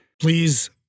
Please